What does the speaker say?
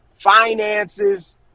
finances